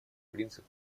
принцип